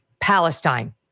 Palestine